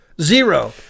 Zero